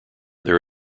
there